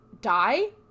die